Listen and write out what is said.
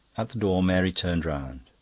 at the door mary turned round.